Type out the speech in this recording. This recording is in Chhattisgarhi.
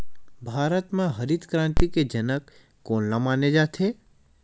भारत मा हरित क्रांति के जनक कोन ला माने जाथे?